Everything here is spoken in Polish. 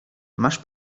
masz